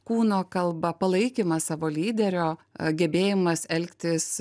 kūno kalba palaikymas savo lyderio gebėjimas elgtis